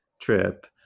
trip